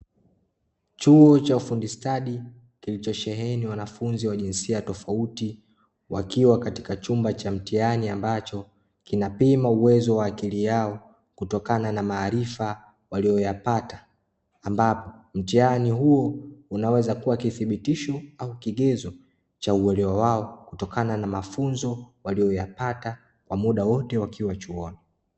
Chuo cha ufundi stadi kilichosheheni wanafunzi wa jinsia tofauti, wakiwa katika chumba cha mtihani ambacho kinapima uwezo wa akili yao, kutokana na maarifa waliyoyapata, ambapo mtihani huo unaweza kuwa kithibitisho au kigezo cha uelewa wao, kutokana mafunzo waliyoyapata kwa muda wote wakiwa chuoni.